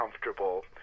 comfortable